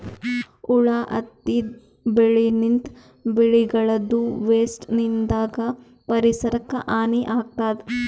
ಹುಳ ಹತ್ತಿದ್ ಬೆಳಿನಿಂತ್, ಬೆಳಿಗಳದೂ ವೇಸ್ಟ್ ನಿಂದಾಗ್ ಪರಿಸರಕ್ಕ್ ಹಾನಿ ಆಗ್ತದ್